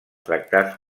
tractats